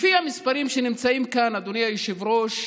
לפי המספרים שנמצאים כאן, אדוני היושב-ראש,